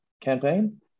campaign